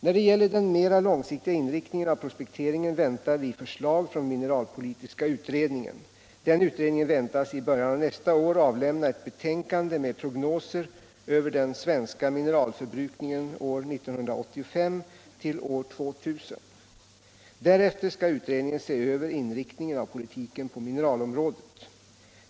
När det gäller den mer långsiktiga inriktningen av prospekteringen väntar vi förslag från mineralpolitiska utredningen. Den utredningen väntas i början av nästa år avlämna ett betänkande med prognoser över den svenska mineralförbrukningen år 1985 till år 2000. Därefter skall utredningen se över inriktningen av politiken på mineralområdet.